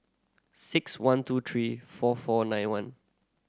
six one two three five four nine one